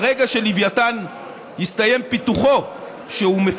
ברגע שיסתיים פיתוחו של לווייתן,